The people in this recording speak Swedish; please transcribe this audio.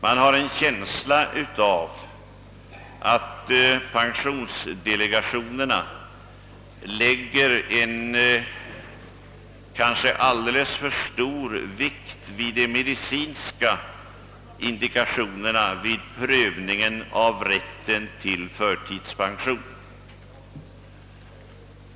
Jag har en känsla av att pensionsdelegationerna lägger en kanske alltför stor vikt vid de medicinska indikationerna vid prövningen av rätten till förtidspension.